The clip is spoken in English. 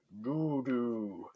doodoo